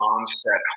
onset